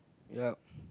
yep